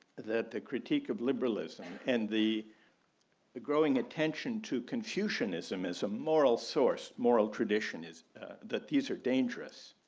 that the critique of liberalism and the the growing attention to confucianism is a moral source, moral tradition is that these are dangerous.